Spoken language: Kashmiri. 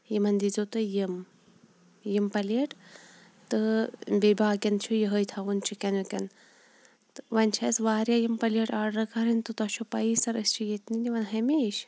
یِمَن دِی زیٚو تُہۍ یِم یِم پَلیٹ تہٕ بییٚہِ باقیَن چھُ یِہے تھاوُن چِکن وٕکن وۄنۍ چھِ اَسہِ واریاہ یِم پَلیٹ آرڈَر کَرٕنۍ تہٕ تۄہہِ چھو پَیی سَر أسۍ چھِ ییٚتٮ۪ن نِوان ہَمیشہ